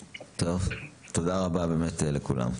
טוב, תודה רבה באמת לכולם.